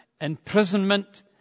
imprisonment